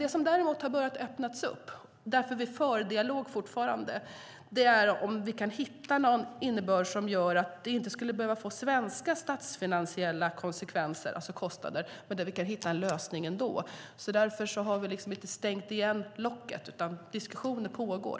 Det som däremot har börjat öppnas upp - och det är därför vi fortfarande för dialog - är om vi kan hitta en innebörd som gör att det inte skulle behöva få svenska statsfinansiella konsekvenser, alltså kostnader, men där vi kan hitta en lösning ändå. Därför har vi inte stängt igen locket, utan diskussioner pågår.